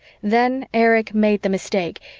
then erich made the mistake,